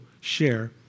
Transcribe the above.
share